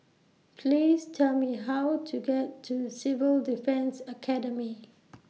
Please Tell Me How to get to Civil Defence Academy